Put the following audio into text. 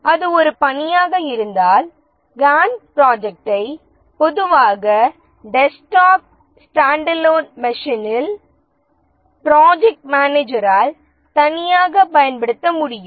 அது ஒரு பணியாக இருந்தால் கான்ட் ப்ராஜெக்டை பொதுவாக டெஸ்க்டாப் ஸ்டாண்டலோன் மெஷீனில் ப்ராஜெக்ட் மனேஜரால் தனியாகப் பயன்படுத்த முடியும்